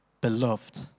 Beloved